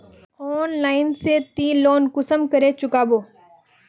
Online से ती loan कुंसम करे चुकाबो?